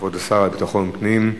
כבוד השר לביטחון פנים,